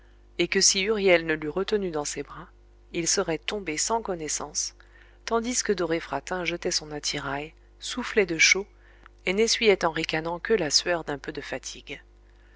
et que si huriel ne l'eût retenu dans ses bras il serait tombé sans connaissance tandis que doré fratin jetait son attirail soufflait de chaud et n'essuyait en ricanant que la sueur d'un peu de fatigue